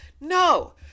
no